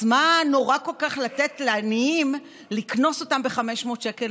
אז מה נורא כל כך לקנוס את העניים ב-500 שקל?